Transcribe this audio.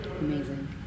Amazing